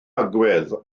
agwedd